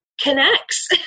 connects